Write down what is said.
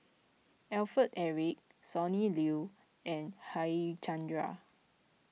Alfred Eric Sonny Liew and Harichandra